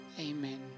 Amen